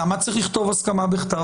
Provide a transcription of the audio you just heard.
לכתוב "הסכמה בכתב"?